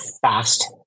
fast